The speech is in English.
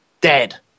dead